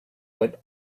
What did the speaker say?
but